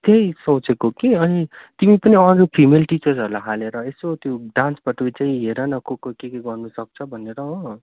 त्यही सोचेको कि अनि तिमी पनि अरू फिमेल टिचरहरूलाई हालेर यसो त्यो डान्सपट्टि चाहिँ हेर न को को के के गर्नु सक्छ भनेर हो